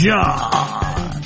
John